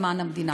למען המדינה.